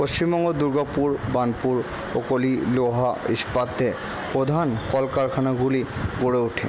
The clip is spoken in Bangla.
পশ্চিমবঙ্গ দুর্গাপুর বার্নপুর ও কলি লোহা ইস্পাতে প্রধান কলকারখানাগুলি গড়ে ওঠে